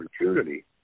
opportunity